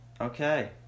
okay